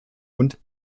und